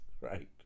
right